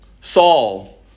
Saul